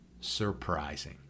surprising